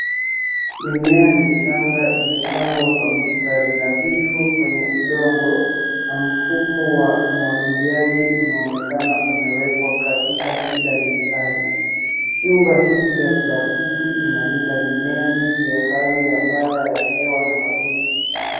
Mimea michanga imepangwa kwa mstari nadhifu kwenye udongo na mfumo wa umwagiliaji unaonekana umewekwa katika kila mistari, nyumba hii ya plastiki inalinda mimea didhi ya hali ya mbaya ya hewa na wadudu.